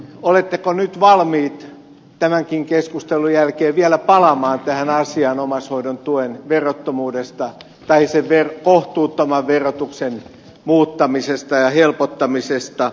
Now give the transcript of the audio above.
oletteko valmiit tämänkin keskustelun jälkeen vielä palaamaan tähän asiaan omaishoidon tuen verottomuudesta tai sen kohtuuttoman verotuksen muuttamisesta ja helpottamisesta